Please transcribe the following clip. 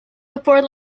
before